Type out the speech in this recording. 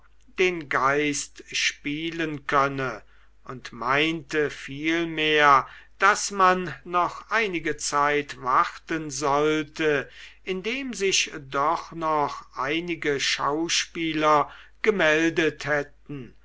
den geist spielen könne und meinte vielmehr daß man noch einige zeit warten sollte indem sich doch noch einige schauspieler gemeldet hätten